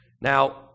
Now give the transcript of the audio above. Now